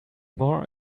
more